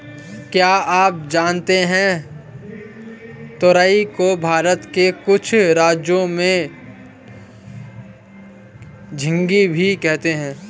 क्या आप जानते है तुरई को भारत के कुछ राज्यों में झिंग्गी भी कहते है?